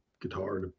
guitar